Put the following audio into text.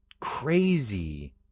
crazy